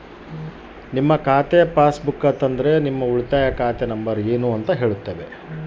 ನನ್ನ ಉಳಿತಾಯ ಖಾತೆ ನಂಬರ್ ಏನು?